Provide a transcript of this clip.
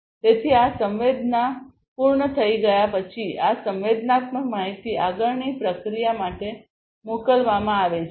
તેથી આ સંવેદના પૂર્ણ થઈ ગયા પછી આ સંવેદનાત્મક માહિતી આગળની પ્રક્રિયા માટે મોકલવામાં આવે છે